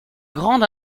grande